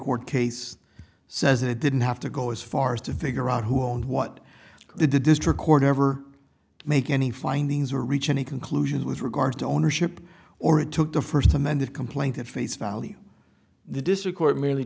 court case says it didn't have to go as far as to figure out who and what the district court never make any findings or reach any conclusions with regard to ownership or it took the first amended complaint at face value the district court m